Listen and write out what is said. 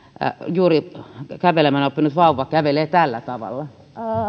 juuri kävelemään oppinut vauva kävelee tällä tavalla